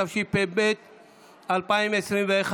התשפ"ב 2021,